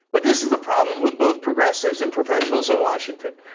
but this is a problem with both progressives and professionals in washington.